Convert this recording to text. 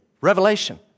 revelation